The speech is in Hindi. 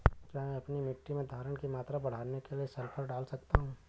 क्या मैं अपनी मिट्टी में धारण की मात्रा बढ़ाने के लिए सल्फर डाल सकता हूँ?